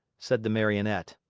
said the marionette.